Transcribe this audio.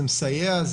מסייע,